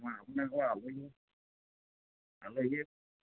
অঁ আপোনালোকৰ আলহী আলহী